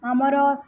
ଆମର